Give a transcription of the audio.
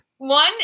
One